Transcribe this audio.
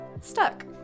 stuck